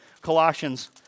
Colossians